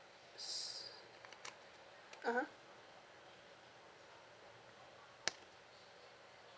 s~ (uh huh)